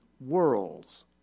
worlds